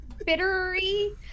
bittery